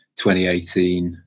2018